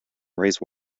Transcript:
raise